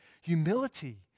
humility